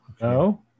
No